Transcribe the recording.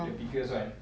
the biggest one